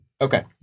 Okay